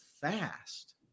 fast